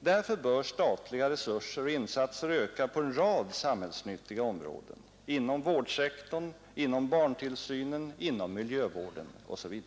Därför bör statliga resurser och insatser öka på en rad samhällsnyttiga områden — inom vårdsektorn, barntillsynen, miljövården osv.